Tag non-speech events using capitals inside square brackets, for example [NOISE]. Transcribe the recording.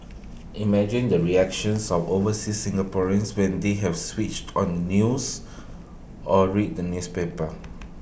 imagine the reactions of overseas Singaporeans [NOISE] when they have switched on the news or read the newspapers